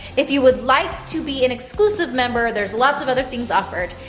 if you would like to be an exclusive member, there's lots of other things offered,